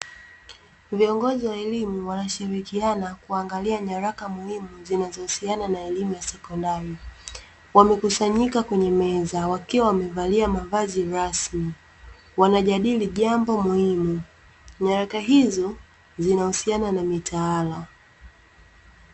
Viongozi wa elimu wanashirikiana kuangalia nyaraka muhimu zinazohusiana na elimu ya sekondari, wamekusanyika kwenye meza, wakiwa wamevalia mavazi rasmi, wanajadili jambo muhimu, nyaraka hizo zinahusiana na mitaala.